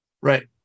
Right